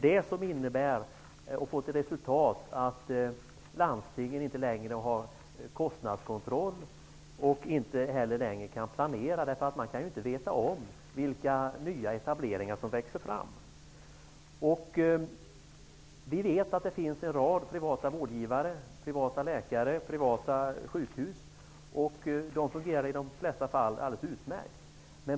Detta får till resultat att landstingen inte längre har någon kostnadskontroll och inte längre kan planera. Man kan ju inte veta vilka nya etableringar som växer fram. Vi vet att det finns en rad privata rådgivare, läkare och sjukhus. De fungerar i de flesta fall alldeles utmärkt.